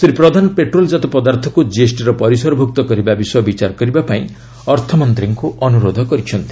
ଶ୍ରୀ ପ୍ରଧାନ ପେଟ୍ରୋଲ୍ଜାତ ପଦାର୍ଥକୁ ଜିଏସ୍ଟିର ପରିସରଭୁକ୍ତ କରିବା ବିଷୟ ବିଚାର କରିବା ପାଇଁ ଅର୍ଥମନ୍ତ୍ରୀଙ୍କୁ ଅନୁରୋଧ କରିଛନ୍ତି